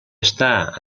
estar